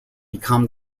become